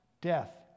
death